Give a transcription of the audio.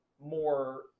more